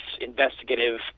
investigative